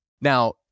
Now